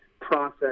process